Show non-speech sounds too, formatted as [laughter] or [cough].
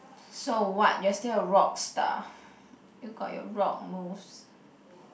[breath] so what you're still a rock star [breath] you got your rock moves [breath]